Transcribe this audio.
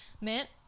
mint